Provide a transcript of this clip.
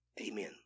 Amen